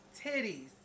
titties